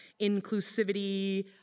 inclusivity